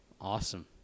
Awesome